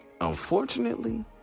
Unfortunately